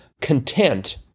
content